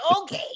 okay